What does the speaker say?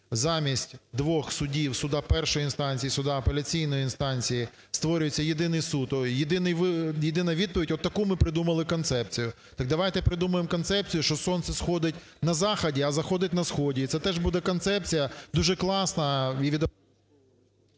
замість двох судів: суду першої інстанції і суду апеляційної інстанції – створюється єдиний суд, ой, єдина відповідь: от таку ми придумали концепцію. Так давайте придумаємо концепцію, що сонце сходить на заході, а заходить на сході, і це теж буде концепція дуже класна, і…